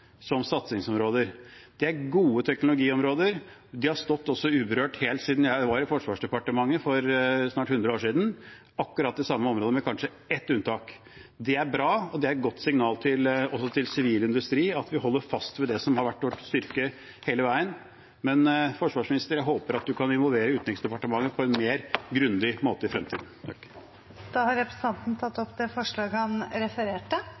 som satsingsområder, er gode teknologiområder. De har også stått urørt helt siden jeg var i Forsvarsdepartementet, for snart 100 år siden. Det er akkurat de samme områdene, med kanskje ett unntak. Det er bra, og det er et godt signal også til sivil industri om at vi holder fast ved det som har vært vår styrke hele veien. Men jeg håper at forsvarsministeren kan involvere Utenriksdepartementet på en grundigere måte i fremtiden. Representanten Christian Tybring-Gjedde har tatt opp det forslaget han refererte